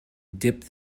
dip